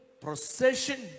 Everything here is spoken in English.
procession